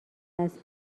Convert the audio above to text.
اصلی